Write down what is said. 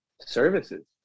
services